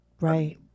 Right